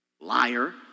liar